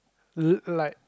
uh like